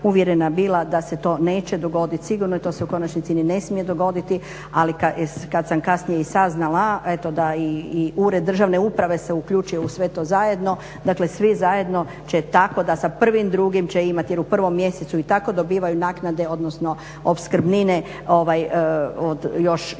uvjerena bila da se to neće dogoditi, sigurno to se u konačnici ni ne smije dogoditi, ali kada sam kasnije saznala eto da i Ured državne uprave se uključuje u sve to zajedno, dakle svi zajedno će tako da sa 1.2.jer u 1.mjesecu i tako dobivaju naknade odnosno opskrbnine, prema tome